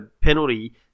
penalty